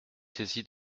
saisi